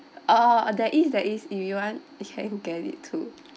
err there is there is if you want you can get it too